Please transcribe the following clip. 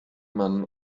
man